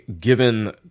given